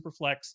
Superflex